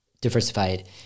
diversified